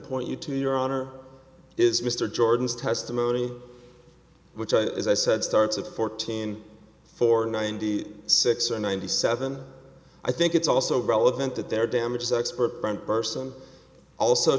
point you to your honor is mr jordan's testimony which as i said starts at fourteen for ninety six or ninety seven i think it's also relevant that their damages expert brant person also